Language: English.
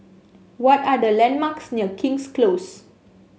what are the landmarks near King's Close